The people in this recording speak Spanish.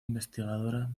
investigadora